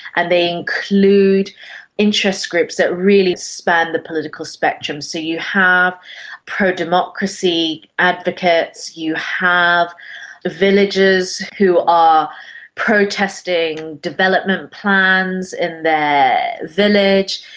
and they include interest groups that really span the political spectrum. so you have pro-democracy advocates, you have villagers who are protesting development plans in their village.